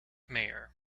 mayor